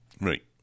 Right